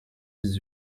dix